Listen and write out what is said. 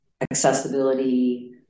accessibility